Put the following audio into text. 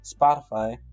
Spotify